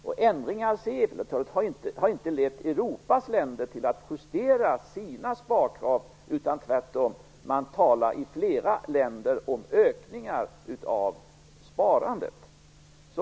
Gjorda ändringar har inte lett Europas länder till att justera sina sparkrav. Tvärtom talar man i flera länder om ett ökat sparande.